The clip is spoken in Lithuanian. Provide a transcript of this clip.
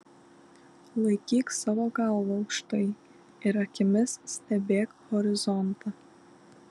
laikyk savo galvą aukštai ir akimis stebėk horizontą